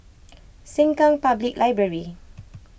Sengkang Public Library